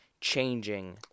changing